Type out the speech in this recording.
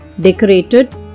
decorated